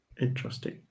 Interesting